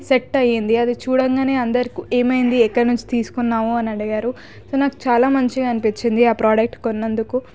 set అయ్యింది అది చూడంగానే అందరికీ ఏమైంది ఎక్కడ నుంచి తీసుకున్నవు అని అడిగారు సో నాకు చాలా మంచిగా అనిపించింది ఆ ప్రోడక్ట్ కొన్నందుకు